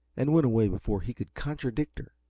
and went away before he could contradict her.